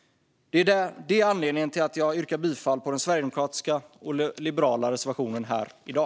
Detta är anledningen till att jag yrkar bifall till den sverigedemokratiska och liberala reservationen här i dag.